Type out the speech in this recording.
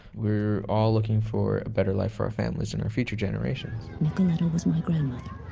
we're all looking for a better life for our families and our future generations nicoletta was my grandmother.